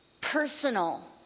Personal